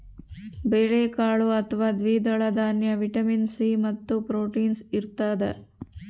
ಬೇಳೆಕಾಳು ಅಥವಾ ದ್ವಿದಳ ದಾನ್ಯ ವಿಟಮಿನ್ ಸಿ ಮತ್ತು ಪ್ರೋಟೀನ್ಸ್ ಇರತಾದ